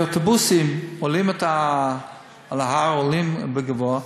אוטובוסים עולים על ההר, עולים גבוה,